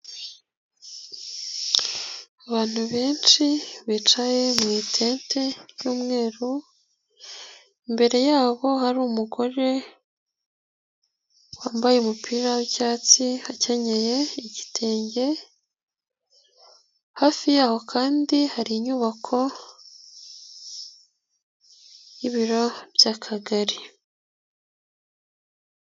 Abantu benshi bicaye mu itete ry'umweru, imbere yabo hari umugore wambaye umupira w'icyatsi, akenyeye igitenge, hafi yaho kandi hari inyubako y'ibiro by'Akagari.